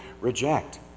reject